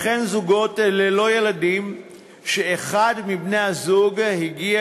וכן זוגות ללא ילדים שאחד מבני-הזוג הגיע